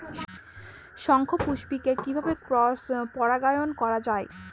শঙ্খপুষ্পী কে কিভাবে ক্রস পরাগায়ন করা যায়?